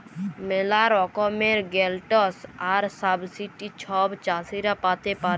ম্যালা রকমের গ্র্যালটস আর সাবসিডি ছব চাষীরা পাতে পারে